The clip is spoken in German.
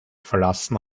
verlassen